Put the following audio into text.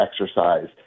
exercise